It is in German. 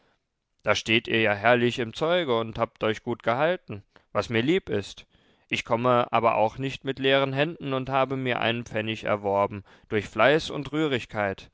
da steht ihr ja herrlich im zeuge und habt euch gut gehalten was mir lieb ist ich komme aber auch nicht mit leeren händen und habe mir einen pfennig erworben durch fleiß und